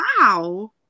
Wow